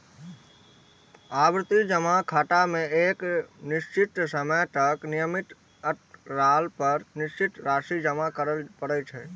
आवर्ती जमा खाता मे एक निश्चित समय तक नियमित अंतराल पर निश्चित राशि जमा करय पड़ै छै